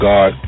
God